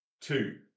Two